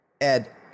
Ed